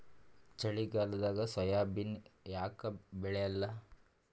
ಚಳಿಗಾಲದಾಗ ಸೋಯಾಬಿನ ಯಾಕ ಬೆಳ್ಯಾಲ?